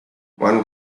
one